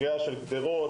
קריעה של גדרות,